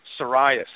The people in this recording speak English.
psoriasis